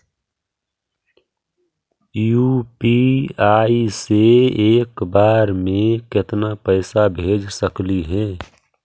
UPI से एक बार मे केतना पैसा भेज सकली हे?